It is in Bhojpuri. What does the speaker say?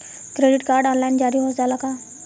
क्रेडिट कार्ड ऑनलाइन जारी हो जाला का?